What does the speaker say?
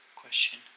question